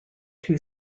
two